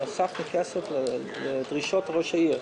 הוספנו כסף לדרישות ראש העיר.